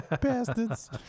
bastards